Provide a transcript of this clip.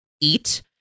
eat